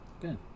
good